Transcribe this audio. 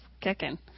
kicking